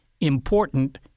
important